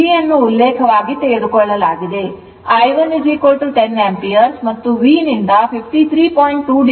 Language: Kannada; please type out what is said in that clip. V ಯನ್ನು ಉಲ್ಲೇಖವಾಗಿ ತೆಗೆದುಕೊಳ್ಳಲಾಗಿದೆ I 1 10 ಆಂಪಿಯರ್ ಮತ್ತು V ನಿಂದ 53